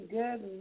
good